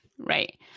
Right